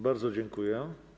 Bardzo dziękuję.